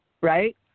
Right